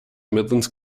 midlands